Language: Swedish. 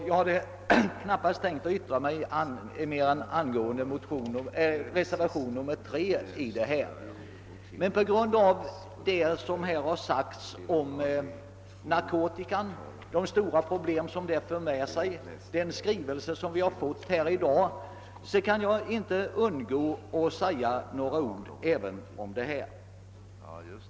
Jag hade knappast tänkt yttra mig mer än angående reservationen 3, men på grund av vad som här har sagts om de stora problem som narkotika för med sig och den skrivelse som vi har fått i dag kan jag inte underlåta att säga några ord även om detta.